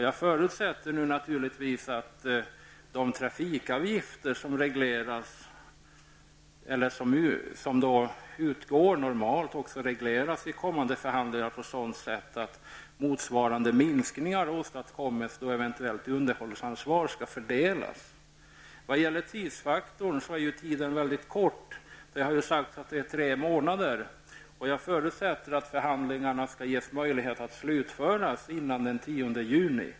Jag förutsätter nu naturligtvis att de trafikavgifter som normalt utgår också regleras i kommande förhandlingar på sådant sätt att motsvarande minskningar åstadkommes då eventuellt underhållsansvar skall fördelas. Vad gäller tidsfaktorn är ju tiden väldigt kort -- det har talats om tre månader. Jag förutsätter att förhandlingarna skall ges möjlighet att slutföras före den 10 juni.